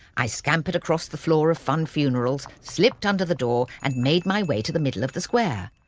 i scampered across the floor of funn funerals, slipped under the door, and made my way to the middle of the square.